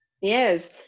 yes